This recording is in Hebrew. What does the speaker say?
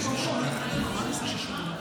עשר דקות,